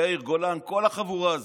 יאיר גולן, כל החבורה הזאת,